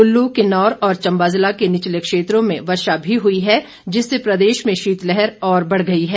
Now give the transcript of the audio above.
कुल्लू किन्नौर और चंबा जिला के निचले क्षेत्रों में वर्षा भी हुई है जिससे प्रदेश में शीतलहर और बढ़ गई है